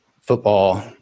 football